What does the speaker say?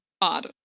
odd